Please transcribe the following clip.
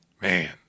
Man